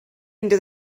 into